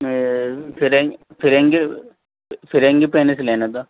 فرنگی فرنگی فرنگی پینس لینا تھا